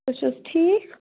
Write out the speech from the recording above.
تُہۍ چھِو حظ ٹھیٖک